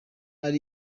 ari